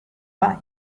bye